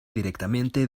directamente